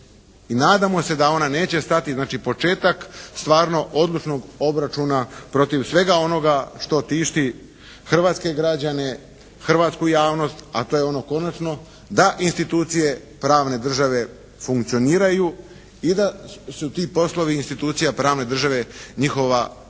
nadamo se da ona neće stati, znači početak stvarno odlučnog obračuna protiv svega onoga što tišti hrvatske građane, hrvatsku javnost, a to je ono konačno da institucije pravne države funkcioniraju i da su ti poslovi institucija pravne države njihova redovna